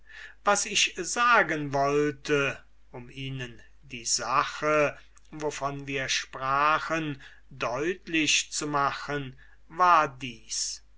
was ich sagen wollte um ihnen die sache wovon wir sprachen deutlich zu machen war dies